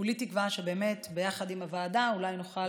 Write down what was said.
וכולי תקווה שבאמת ביחד עם הוועדה אולי נוכל